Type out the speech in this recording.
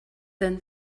than